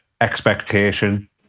expectation